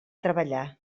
treballar